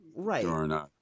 Right